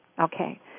Okay